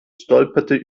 stolperte